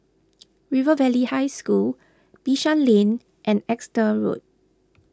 River Valley High School Bishan Lane and Exeter Road